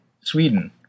Sweden